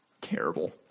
Terrible